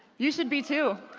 you should be too.